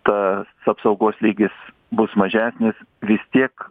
tas apsaugos lygis bus mažesnis vis tiek